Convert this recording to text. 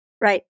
Right